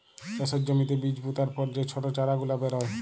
চাষের জ্যমিতে বীজ পুতার পর যে ছট চারা গুলা বেরয়